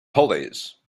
pulleys